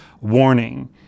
warning